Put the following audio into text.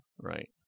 Right